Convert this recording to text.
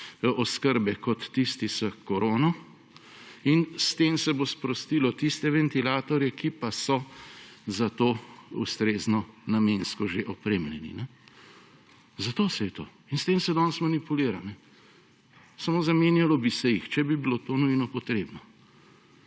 oskrbe kot tisti s korono, in s tem se bo sprostilo tiste ventilatorje, ki pa so za to ustrezno namensko že opremljeni. Zato gre in s tem se danes manipulira. Samo zamenjalo bi se jih, če bi bilo to nujno potrebno.